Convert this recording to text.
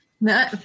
No